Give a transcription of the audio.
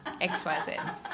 XYZ